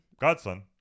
Godson